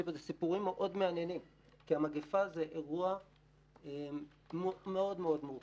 סיפורים מאוד מעניינים כי המגפה היא אירוע מאוד מאוד מורכב.